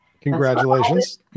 Congratulations